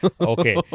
Okay